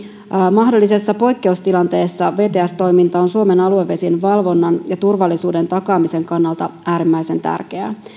mahdollisessa poikkeustilanteessa vts toiminta on suomen aluevesien valvonnan ja turvallisuuden takaamisen kannalta äärimmäisen tärkeää